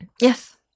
yes